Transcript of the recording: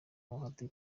bahati